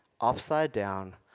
upside-down